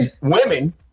Women